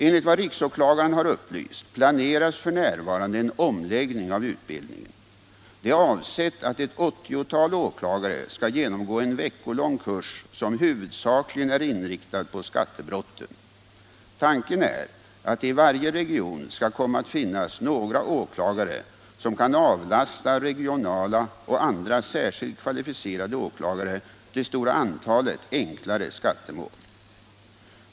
Enligt vad riksåklagaren har upplyst planeras f. n. en omläggning av utbildningen. Det är avsett att ett 80-tal åklagare skall genomgå en veckolång kurs som huvudsakligen är inriktad på skattebrotten. Tanken är att det i varje region skall komma att finnas några åklagare som kan avlasta regionala och andra särskilt kvalificerade åklagare det stora antalet enklare skattemål.